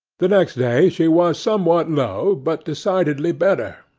the next day she was somewhat low, but decidedly better,